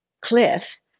cliff